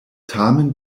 tamen